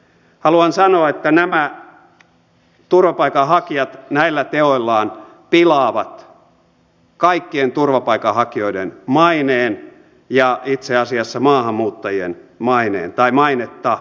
haluan sanoa että nämä turvapaikanhakijat näillä teoillaan pilaavat kaikkien turvapaikanhakijoiden mainetta ja itse asiassa maahanmuuttajien mainetta